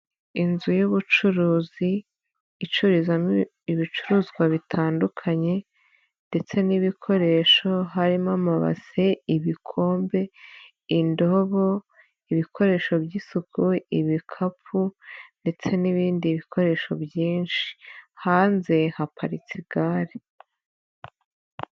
Inzu y'ubucuruzi icururizwmo ibicuruzwa bitandukanye ndetse n'ibikoresho. Harimo amabase, ibikombe, indobo, ibikoresho by'isuku, ibikapu ndetse n'ibindi bikoresho byinshi. Hanze haparitse igare.